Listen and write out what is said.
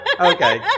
Okay